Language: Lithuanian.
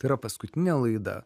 tai yra paskutinė laida